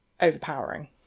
overpowering